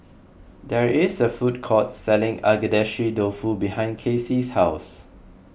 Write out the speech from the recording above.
there is a food court selling Agedashi Dofu behind Kacy's house